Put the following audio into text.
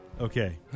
Okay